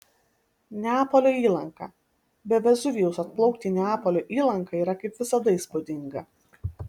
neapolio įlanka be vezuvijaus atplaukti į neapolio įlanką yra kaip visada įspūdinga